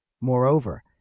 Moreover